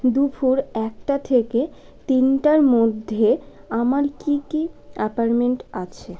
দুপুর একটা থেকে তিনটের মধ্যে আমার কী কী অ্যাপারমেন্ট আছে